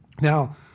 Now